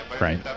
Right